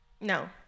No